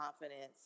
confidence